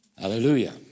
Hallelujah